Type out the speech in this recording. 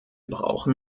brauchen